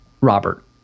Robert